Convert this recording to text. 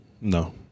No